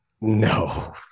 no